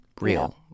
real